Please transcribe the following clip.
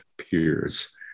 peers